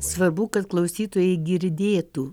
svarbu kad klausytojai girdėtų